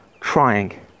trying